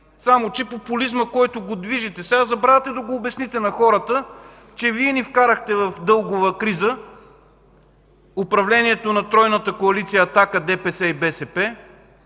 Само че популизмът, който го движите, сега забравяте да го обясните на хората, че Вие ни вкарахте в дългова криза – управлението на тройната коалиция: